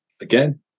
Again